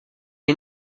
est